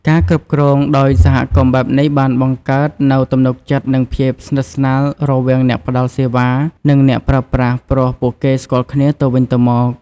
ការគ្រប់គ្រងដោយសហគមន៍បែបនេះបានបង្កើតនូវទំនុកចិត្តនិងភាពស្និទ្ធស្នាលរវាងអ្នកផ្តល់សេវា និងអ្នកប្រើប្រាស់ព្រោះពួកគេស្គាល់គ្នាទៅវិញទៅមក។